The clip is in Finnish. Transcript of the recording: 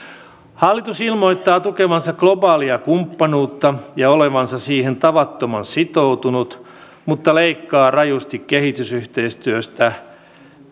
hallitus ilmoittaa tukevansa globaalia kumppanuutta ja olevansa siihen tavattoman sitoutunut mutta leikkaa rajusti kehitysyhteistyöstä